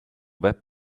web